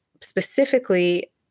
specifically